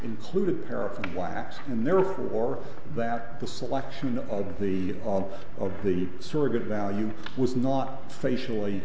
included paraffin wax and therefore that the selection of the all of the sort of value was not facial